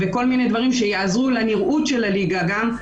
וכל מיני דברים שיעזרו לנראות של הליגה גם,